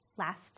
last